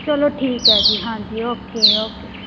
ਚਲੋ ਠੀਕ ਹੈ ਜੀ ਹਾਂਜੀ ਓਕੇ ਓਕੇ